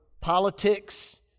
politics